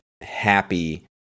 happy